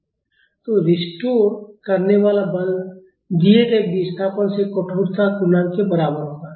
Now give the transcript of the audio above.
तो रिस्टोर करने वाला बल दिए गए विस्थापन से कठोरता गुणा के बराबर होगा